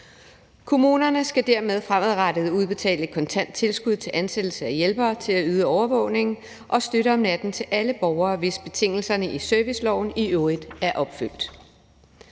Kommunerne skal dermed fremadrettet udbetale kontant tilskud til ansættelse af hjælpere til at yde overvågning og støtte om natten til alle borgere, hvis betingelserne i serviceloven i øvrigt er opfyldt.